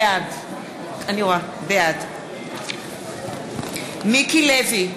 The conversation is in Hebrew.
בעד מיקי לוי,